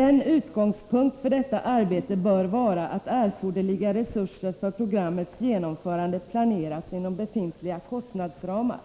En utgångspunkt för detta arbete bör vara att erforderliga resurser för programmets genomförande planeras inom befintliga kostnadsramar.”